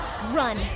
Run